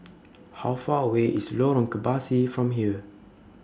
How Far away IS Lorong Kebasi from here